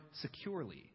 securely